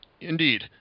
Indeed